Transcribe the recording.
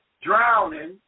drowning